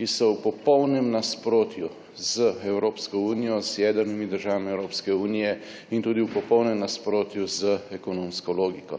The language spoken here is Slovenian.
ki so v popolnem nasprotju z Evropsko unijo, z jedrnimi državami Evropske unije in tudi v popolnem nasprotju z ekonomsko logiko.